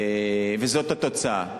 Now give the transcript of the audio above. וזאת התוצאה.